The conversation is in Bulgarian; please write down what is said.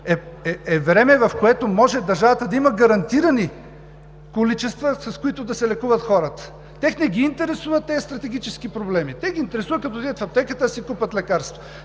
е време, в което може държавата да има гарантирани количества, с които да се лекуват хората. Тях не ги интересуват тези стратегически проблеми. Тях ги интересува като влязат в аптеката да си купят лекарства.